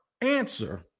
answer